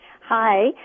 Hi